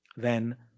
then,